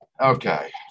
Okay